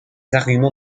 arguments